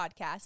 podcast